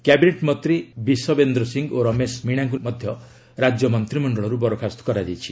cabinet ମନ୍ତ୍ରୀ ବିଶବେନ୍ଦ୍ର ସିଂହ ଓ ରମେଶ ମିଣାଙ୍କୁ ମଧ୍ୟ ରାଜ୍ୟ ମନ୍ତ୍ରିମଣ୍ଡଳରୁ ବରଖାସ୍ତ କରାଯାଇଛି